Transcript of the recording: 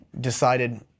decided